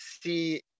see